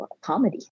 comedy